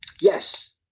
Yes